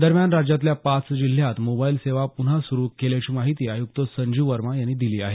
दरम्यान राज्यातल्या पाच जिल्ह्यात मोबाइल सेवा पुन्हा सुरू केल्याची माहीती आयुक्ता संजीव वर्मा यांनी दिली आहे